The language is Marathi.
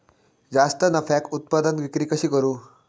जास्त नफ्याक उत्पादन विक्री कशी करू?